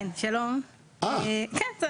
כן שלום, כן זו